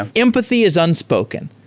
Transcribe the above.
and empathy is unspoken.